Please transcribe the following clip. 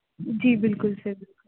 ਜੀ ਬਿਲਕੁਲ ਸਰ ਬਿਲਕੁਲ